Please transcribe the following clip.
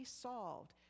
solved